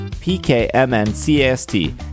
p-k-m-n-c-a-s-t